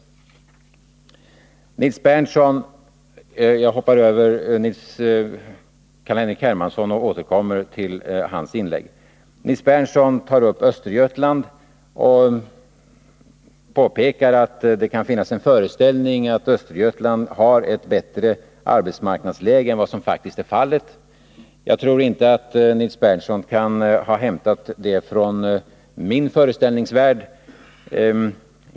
Jag hoppart. v. över Carl-Henrik Hermansson och återkommer senare till hans inlägg. Nils Berndtson tar upp Östergötland och påpekar att det kan finnas en föreställning om att Östergötland har ett bättre arbetsmarknadsläge än vad som faktiskt är fallet. Jag tror inte att Nils Berndtson kan ha hämtat det från min föreställningsvärld.